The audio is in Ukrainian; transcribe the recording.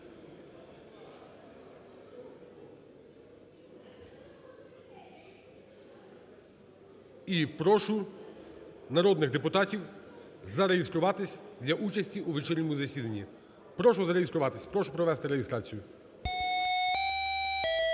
і прошу народних депутатів зареєструватися для участі у вечірньому засіданні. Прошу зареєструватися. Прошу провести реєстрацію. 16:07:07